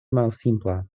malsimpla